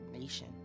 nation